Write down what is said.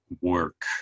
work